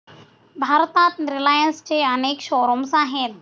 भारतात रिलायन्सचे अनेक शोरूम्स आहेत